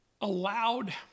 allowed